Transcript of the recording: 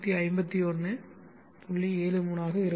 73 ஆக இருக்கும்